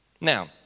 Now